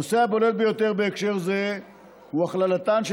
הנושא הבולט ביותר בהקשר זה הוא הכללתן של